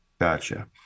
Gotcha